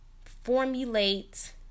formulate